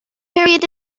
period